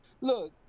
look